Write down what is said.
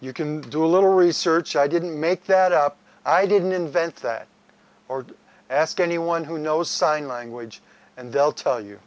you can do a little research i didn't make that up i didn't invent that or ask anyone who knows sign language and they'll tell you